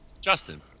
Justin